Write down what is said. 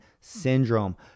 syndrome